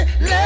Let